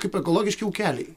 kaip ekologiški ūkeliai